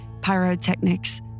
pyrotechnics